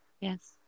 yes